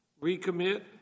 recommit